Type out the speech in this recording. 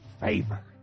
Favor